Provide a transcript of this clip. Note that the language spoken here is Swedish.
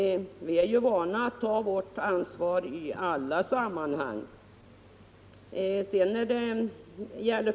Vi är vana att ta vårt ansvar i alla sammanhang.